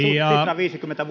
sitran viisikymmentä